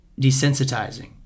desensitizing